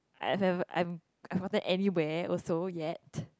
I've ever I'm I've gotten anywhere also yet